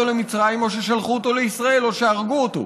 למצרים או ששלחו אותו לישראל או שהרגו אותו.